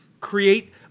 create